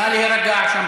נא להירגע שם,